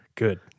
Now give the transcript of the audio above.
Good